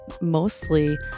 mostly